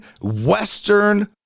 Western